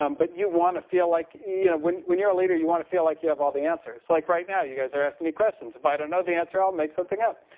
um but you want to feel like, you know, when when you're a leader you want to feel like you have all the answers. like right now you guys are asking me questions, if i don't know the answer i'll make something up.